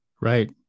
Right